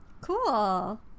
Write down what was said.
Cool